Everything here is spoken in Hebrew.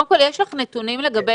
קודם כל, יש לך נתונים לגבי